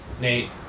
Nate